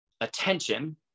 attention